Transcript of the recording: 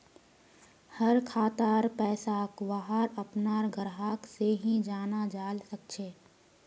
हर खातार पैसाक वहार अपनार ग्राहक से ही जाना जाल सकछे